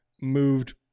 moved